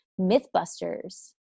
Mythbusters